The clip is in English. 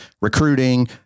recruiting